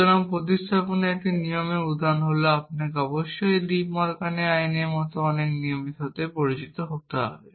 সুতরাং প্রতিস্থাপনের একটি নিয়মের উদাহরণ হল আপনাকে অবশ্যই ডি মরগানের আইনের মতো অনেক নিয়মের সাথে পরিচিত হতে হবে